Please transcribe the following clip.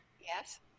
Yes